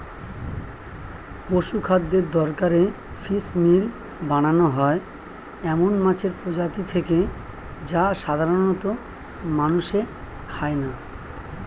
পশুখাদ্যের দরকারে ফিসমিল বানানো হয় এমন মাছের প্রজাতি থেকে যা সাধারনত মানুষে খায় না